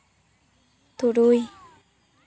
ᱛᱩᱨᱩᱭ